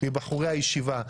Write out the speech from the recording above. מבחורי הישיבה,